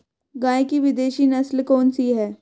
गाय की विदेशी नस्ल कौन सी है?